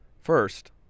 First